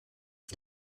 auf